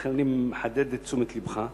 ולכן אני מחדד את תשומת לבך,